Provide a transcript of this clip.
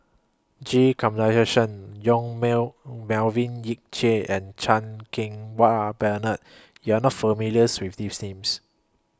G Kandasamy Yong Mell Melvin Yik Chye and Chan Keng Wah Bernard YOU Are not familiars with These Names